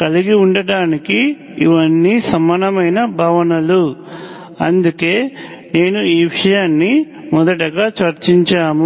కలిగి ఉండటానికి ఇవన్నీ సమానమైన భావనలు అందుకే నేను ఈ విషయాన్ని మొదటగా చర్చించాము